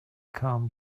calmed